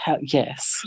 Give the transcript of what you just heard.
Yes